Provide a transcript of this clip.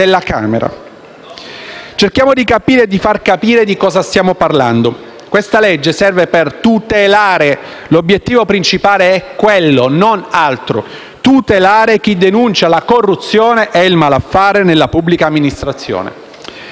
Cerchiamo di capire e far capire di cosa stiamo parlando. Questa legge serve per tutelare - l'obiettivo principale è quello, non altro - chi denuncia la corruzione e il malaffare nella pubblica amministrazione.